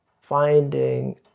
finding